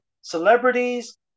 celebrities